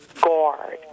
guard